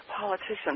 Politicians